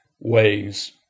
ways